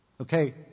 Okay